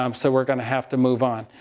um so we're going to have to move on.